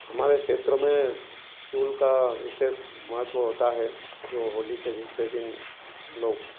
हमारे क्षेत्र मे चून का विशेष महत्व होता है जो होली के दूसरे दिन लोग